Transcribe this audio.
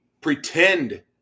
pretend